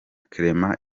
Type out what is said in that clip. clement